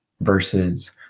versus